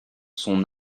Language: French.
son